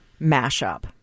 mashup